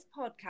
podcast